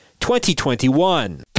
2021